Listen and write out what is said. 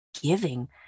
giving